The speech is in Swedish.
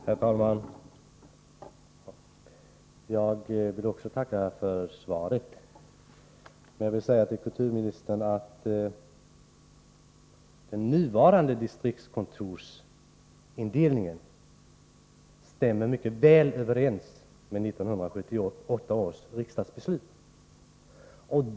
Herr talman! Jag vill också tacka för svaret. Men jag vill säga till kulturministern att den nuvarande distriktskontorsindelningen stämmer mycket väl överens med 1978 års riksdagsbeslut.